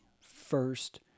first